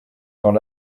temps